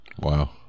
Wow